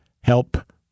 help